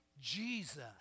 Jesus